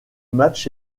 match